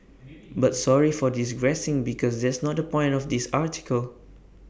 but sorry for digressing because that's not the point of this article